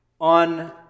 on